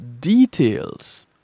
details